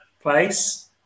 place